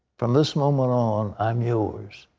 from this moment on i'm yours.